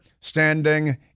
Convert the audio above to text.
standing